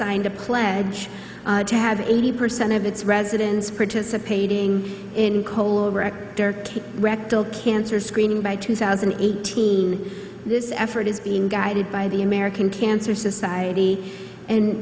signed a pledge to have eighty percent of its residents participating in coal rector rectal cancer screening by two thousand and eighteen this effort is being guided by the american cancer society and